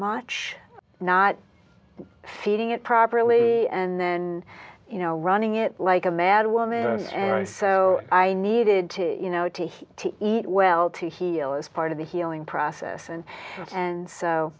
much not fitting it properly and then you know running it like a mad woman so i needed to you know to him to eat well to heal is part of the healing process and and so